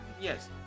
yes